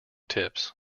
tips